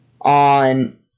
on